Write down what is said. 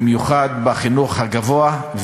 בייחוד בחינוך הגבוה,